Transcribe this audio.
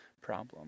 problem